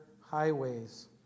highways